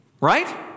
Right